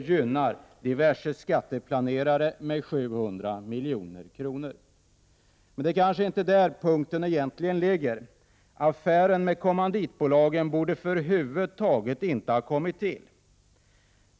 1988/89:46 skatteplanerare med 700 milj.kr. 15 december 1988 Men det är kanske inte där poängen egentligen ligger. Affären med kommanditbolagen borde över huvud taget inte ha kommit till.